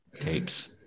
tapes